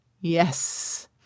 Yes